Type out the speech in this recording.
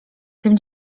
tym